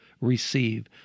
receive